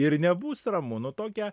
ir nebus ramu nu tokia